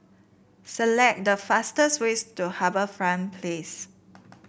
select the fastest ways to HarbourFront Place